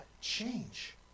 change